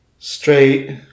straight